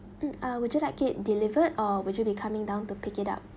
mm ah would you like it delivered or would you be coming down to pick it up